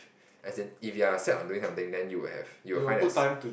as in if you are set on doing something then you will have you will find as